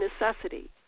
necessity